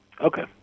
Okay